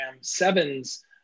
sevens